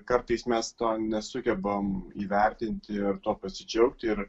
kartais mes to nesugebam įvertinti ir tuo pasidžiaugti ir